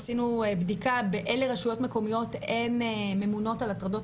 עשינו בדיקה באילו רשויות מקומיות אין ממונות על הטרדות